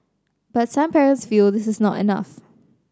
but some parents feel this is not enough